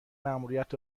مأموریت